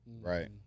Right